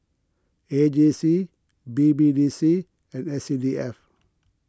A J C B B D C and S C D F